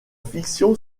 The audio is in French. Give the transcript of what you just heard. finition